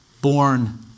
born